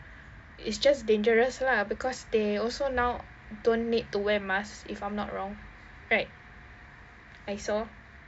it's just dangerous lah because they also now don't need to wear mask if I'm not wrong right I saw